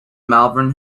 malvern